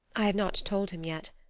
i have not told him yet.